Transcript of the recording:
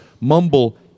mumble